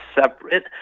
separate